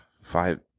Five